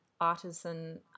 artisan